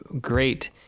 great